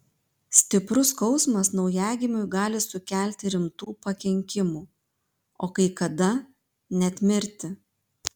stiprus skausmas naujagimiui gali sukelti rimtų pakenkimų o kai kada net mirtį